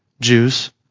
Jews